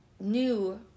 new